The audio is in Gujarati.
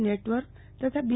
નેટવર્ક તથા બી